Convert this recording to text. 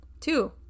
Two